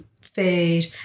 food